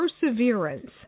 perseverance